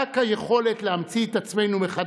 רק היכולת להמציא את עצמנו מחדש,